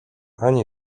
ani